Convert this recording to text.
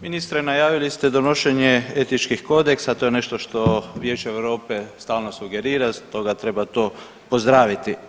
Ministre, najavili ste donošenje etičkih kodeksa, to je nešto što Vijeće EU stalno sugerira, stoga treba to pozdraviti.